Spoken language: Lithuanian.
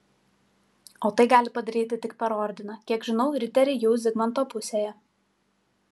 o tai gali padaryti tik per ordiną kiek žinau riteriai jau zigmanto pusėje